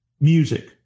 music